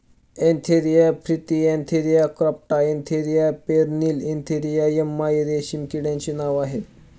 Antheraea frithi Antheraea compta Antheraea pernyi Antheraea yamamai रेशीम किड्याचे नाव आहे